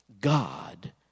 God